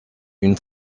une